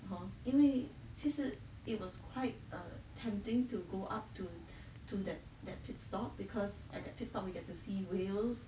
ah 因为其实 it was quite a tempting to go up to to that that pit stop because at that pit stop we get to see whales